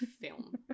film